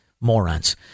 morons